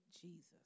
Jesus